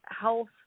health